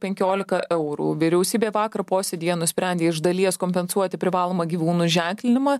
penkiolika eurų vyriausybė vakar posėdyje nusprendė iš dalies kompensuoti privalomą gyvūnų ženklinimą